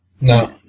No